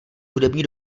hudební